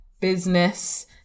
business